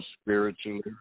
spiritually